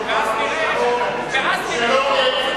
חבר הכנסת פלסנר, לרשותך חמש דקות.